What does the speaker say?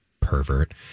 Pervert